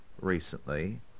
recently